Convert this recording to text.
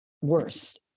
worse